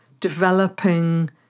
developing